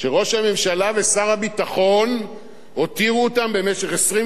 הותירו אותם במשך 24 שעות בלי שר להגנת העורף?